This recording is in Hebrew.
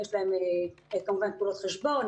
יש להם כמובן פעולות חשבון,